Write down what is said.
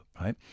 right